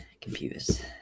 computer's